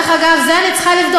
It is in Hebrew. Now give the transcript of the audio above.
דרך אגב, את זה אני צריכה לבדוק.